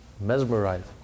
mesmerized